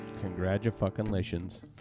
Congratulations